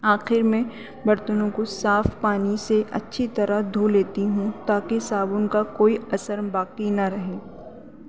آخر میں برتنوں کو صاف پانی سے اچھی طرح دھو لیتی ہوں تاکہ صابن کا کوئی اثر باقی نہ رہے